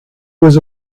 was